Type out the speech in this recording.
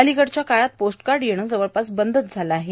अलीकडच्या काळात पोस्टकार्ड येणे जवळपास बंदच झाले आहे